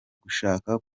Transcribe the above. gushaka